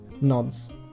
nods